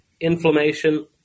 inflammation